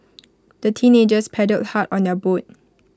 the teenagers paddled hard on their boat